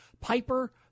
Piper